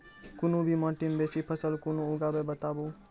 कूनू भी माटि मे बेसी फसल कूना उगैबै, बताबू?